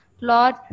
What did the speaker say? Lord